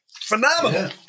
Phenomenal